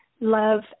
love